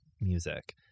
music